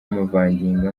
amavangingo